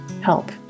help